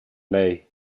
lei